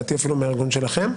לדעתי אפילו מהארגון שלכם.